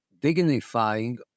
dignifying